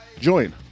join